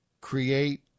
create